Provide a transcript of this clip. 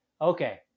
Okay